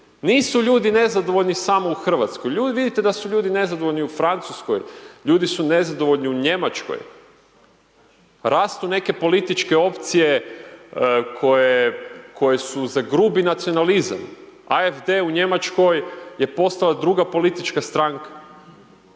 Nisu ljudi nezadovoljni samo u Hrvatskoj, ljudi, vidite da su ljudi nezadovoljni u Francuskoj, ljudi su nezadovoljni u Njemačkoj, rastu neke političke opcije koje su za grubi nacionalizam, AFD u Njemačkoj je postala druga politička stranka,